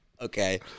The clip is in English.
Okay